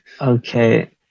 Okay